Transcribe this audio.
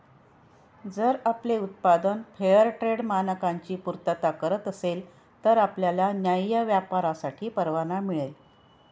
जर आपले उत्पादन फेअरट्रेड मानकांची पूर्तता करत असेल तर आपल्याला न्याय्य व्यापारासाठी परवाना मिळेल